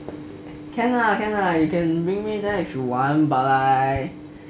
can lah can lah you can me bring me there if you want but I